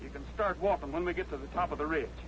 you can start walking when we get to the top of the ri